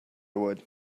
would